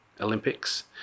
Olympics